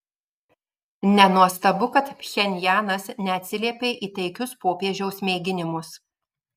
nenuostabu kad pchenjanas neatsiliepė į taikius popiežiaus mėginimus